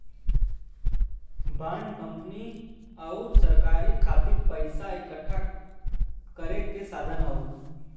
bond company आउर सरकार खातिर पइसा इकठ्ठा करे क साधन हौ